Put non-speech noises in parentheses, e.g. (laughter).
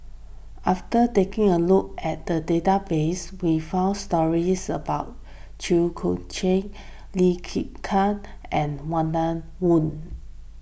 after taking a look at the database we found stories about Chew (unintelligible) Chiat Lee Kin Kat and Walter Woon